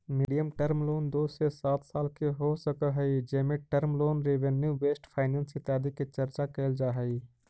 medium term loan दो से सात साल के हो सकऽ हई जेमें term loan revenue based finance इत्यादि के चर्चा कैल जा हई